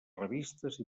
revistes